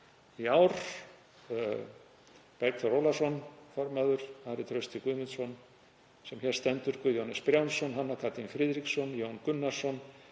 í ár, Bergþór Ólason formaður, Ari Trausti Guðmundsson sem hér stendur, Guðjón S. Brjánsson, Hanna Katrín Friðriksson, Jón Gunnarsson,